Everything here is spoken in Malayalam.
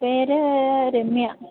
പേര് രമ്യ